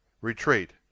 Retreat